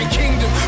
kingdom